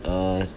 err